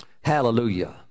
hallelujah